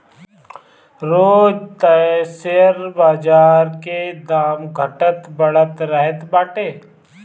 रोज तअ शेयर बाजार के दाम घटत बढ़त रहत बाटे